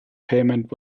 payment